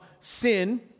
sin